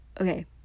okay